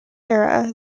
era